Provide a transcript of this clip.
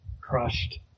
crushed